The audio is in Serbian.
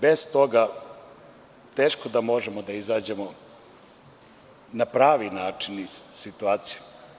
Bez toga teško da možemo da izađemo na pravi način iz situacije.